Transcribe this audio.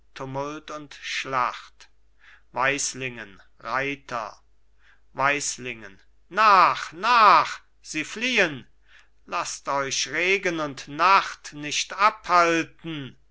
nach nach sie fliehen laßt euch regen und nacht nicht abhalten